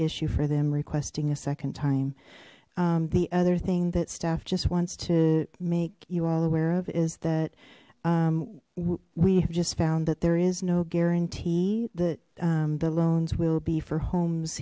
issue for them requesting a second time the other thing that staff just wants to make you all aware of is that we have just found that there is no guarantee that the loans will be for homes